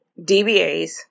DBAs